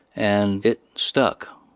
and it stuck.